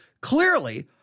clearly